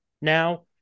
now